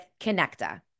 Connecta